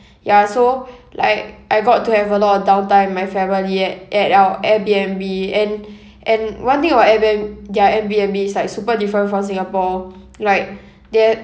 ya so like I got to have a lot of downtime with my family at at our airbnb and and one thing about airbn~ their airbnb is like super different from singapore like they